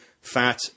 fat